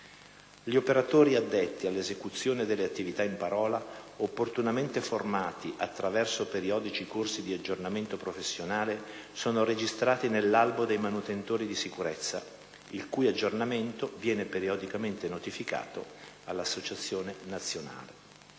Gli operatori addetti all'esecuzione delle attività in parola, opportunamente formati attraverso periodici corsi di aggiornamento professionale, sono registrati nell'Albo dei manutentori di sicurezza il cui aggiornamento viene periodicamente notificato all'Agenzia nazionale